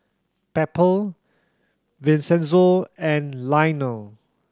Pepper Vincenzo and Lionel